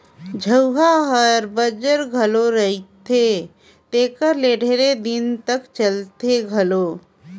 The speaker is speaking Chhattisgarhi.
झउहा हर बंजर घलो रहथे तेकर ले ढेरे दिन तक चलथे घलो